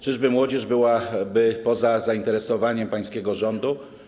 Czyżby młodzież była poza zainteresowaniem pańskiego rządu?